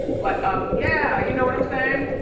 but um yeah. you know what i'm saying?